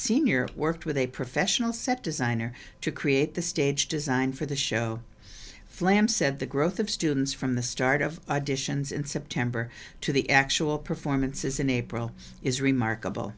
senior worked with a professional set designer to create the stage design for the show flam said the growth of students from the start of additions in september to the actual performances in april is remarkable